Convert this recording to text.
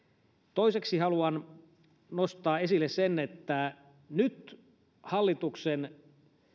toiseksi haluan nostaa esille sen että nyt hallituksen